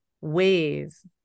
ways